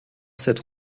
cette